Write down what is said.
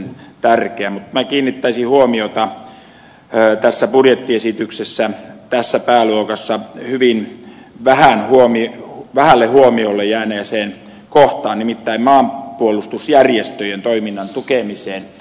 mutta minä kiinnittäisin huomiota tässä budjettiesityksessä tässä pääluokassa hyvin vähälle huomiolle jääneeseen kohtaan nimittäin maanpuolustusjärjestöjen toiminnan tukemiseen